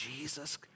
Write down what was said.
Jesus